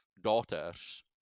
daughters